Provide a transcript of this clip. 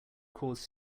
cause